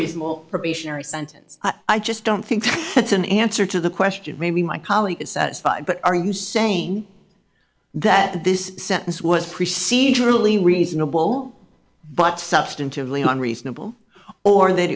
reasonable probationary sentence i just don't think that's an answer to the question maybe my colleague is satisfied but are you saying that this sentence was preceding really reasonable but substantively unreasonable or that